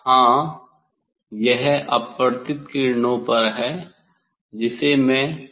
हाँ यह अपवर्तित किरणों पर है जिसे मैं लॉक कर दूंगा